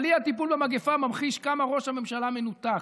אבל אי-הטיפול במגפה ממחיש כמה ראש הממשלה מנותק,